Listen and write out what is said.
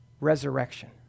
resurrection